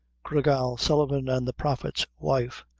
gra gal sullivan and the prophet's wife,